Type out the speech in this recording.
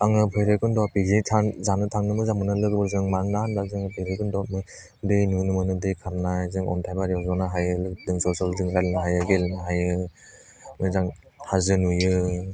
आङो भैरबकुन्ध'आव पिकनिक था जानो थांनो मोजां मोनो लोगोफोरजों मानोना जों भैरबकुन्ध'आवनो दै नुनो मोनो दै खारनाय जों अन्थाइबारियाव जनो हायो लोगोफोरजों ज' ज' रायलाइनो हायो गेलेनो हायो मोजां हाजो नुयो